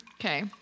Okay